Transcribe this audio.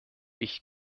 ich